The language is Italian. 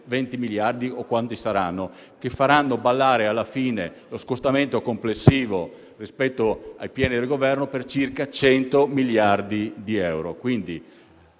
20 miliardi o quanti saranno, che faranno ballare alla fine lo scostamento complessivo rispetto ai piani al Governo per circa 100 miliardi di euro.